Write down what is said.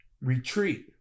retreat